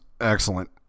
excellent